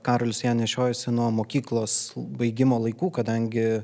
karolis ją nešiojosi nuo mokyklos baigimo laikų kadangi